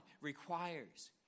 requires